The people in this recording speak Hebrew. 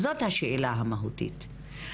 זאת השאלה המהותית.